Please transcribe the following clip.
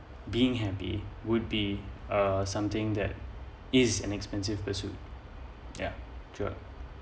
being happy would be uh something that is an expensive pursuit ya sure